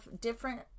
different